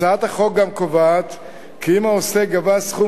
הצעת החוק גם קובעת כי אם העוסק גבה סכום